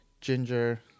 Ginger